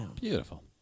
Beautiful